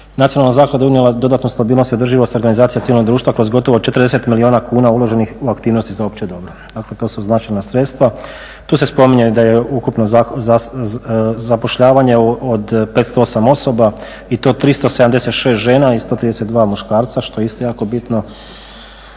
Nacionalna zaklada je unijela dodatnu stabilnost i održivost organizacija civilnog društva kroz gotovo 40 milijuna kuna uloženih u aktivnosti za opće dobro. Dakle, to su značajna sredstva. Tu se spominje da je ukupno zapošljavanje od 508 osoba i to 376 žena i 132 muškarca što je isto jako bitno.